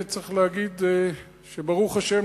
צריך להגיד שברוך השם,